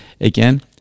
again